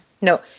No